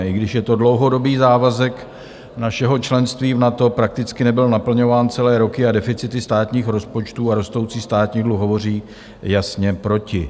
I když je to dlouhodobý závazek našeho členství v NATO, prakticky nebyl naplňován celé roky a deficity státních rozpočtů a rostoucí státní dluh hovoří jasně proti.